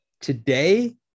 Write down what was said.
today